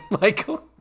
Michael